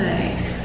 Nice